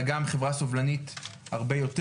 אלא גם חברה סובלנית הרבה יותר.